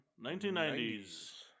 1990s